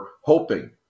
hoping